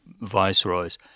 viceroys